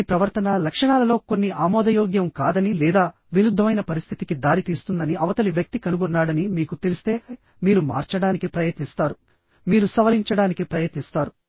మీ ప్రవర్తనా లక్షణాల లో కొన్ని ఆమోదయోగ్యం కాదని లేదా విరుద్ధమైన పరిస్థితికి దారితీస్తుందని అవతలి వ్యక్తి కనుగొన్నాడని మీకు తెలిస్తే మీరు మార్చడానికి ప్రయత్నిస్తారు మీరు సవరించడానికి ప్రయత్నిస్తారు